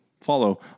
follow